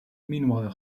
meanwhile